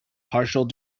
partial